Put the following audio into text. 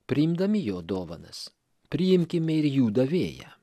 priimdami jo dovanas priimkime ir jų davėją